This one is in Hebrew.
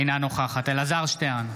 אינה נוכחת אלעזר שטרן,